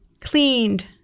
cleaned